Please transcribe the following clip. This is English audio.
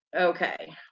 Okay